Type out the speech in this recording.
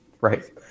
right